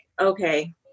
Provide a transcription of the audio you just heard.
okay